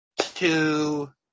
two